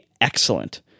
excellent